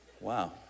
Wow